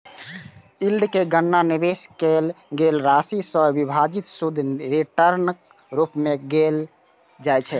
yield के गणना निवेश कैल गेल राशि सं विभाजित शुद्ध रिटर्नक रूप मे कैल जाइ छै